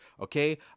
Okay